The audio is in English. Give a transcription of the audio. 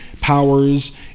powers